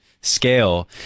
scale